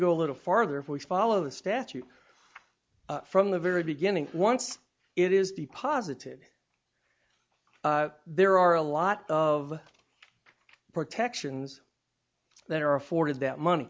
go a little farther if we follow the statute from the very beginning once it is the positive there are a lot of protections that are afforded that money